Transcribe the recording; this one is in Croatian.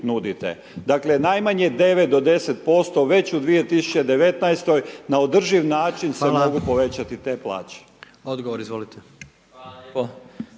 nudite. Dakle, najmanje 9 do 10% već u 2019.-oj na održiv način …/Upadica: Hvala/…se mogu povećati te plaće.